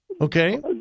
Okay